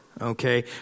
Okay